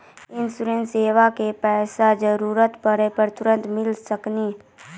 इंश्योरेंसबा के पैसा जरूरत पड़े पे तुरंत मिल सकनी?